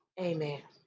Amen